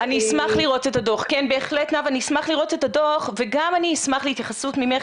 אני אשמח לראות את הדוח וגם אני אשמח להתייחסות ממך,